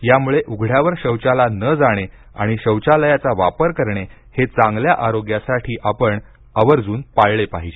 त्यामुळे उघडयावर शौचाला न जाणे आणि शौचालयाचा वापर करणे हे चांगल्या आरोग्यासाठी आपण आवर्जून पाळले पाहिजे